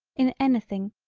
in anything,